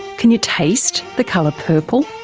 can you taste the colour purple,